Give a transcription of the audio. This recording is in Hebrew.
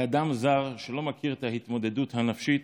לאדם זר שלא מכיר את ההתמודדות הנפשית